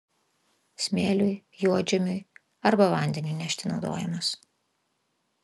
smėliui juodžemiui arba vandeniui nešti naudojamas